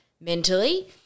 mentally